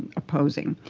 opposing.